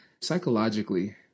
psychologically